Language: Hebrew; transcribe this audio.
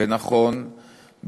ונכון,